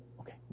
okay